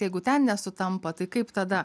jeigu ten nesutampa tai kaip tada